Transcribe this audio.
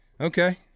Okay